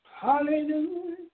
Hallelujah